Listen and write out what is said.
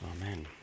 Amen